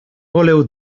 voleu